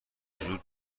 زور